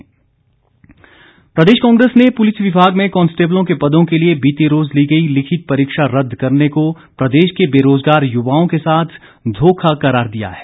राठौर प्रदेश कांग्रेस ने पुलिस विभाग में कांस्टेबलों के पदों के लिए बीते रोज ली गई लिखित परीक्षा रदद करने को प्रदेश के बेरोजगार युवाओं के साथ धोखा करार दिया है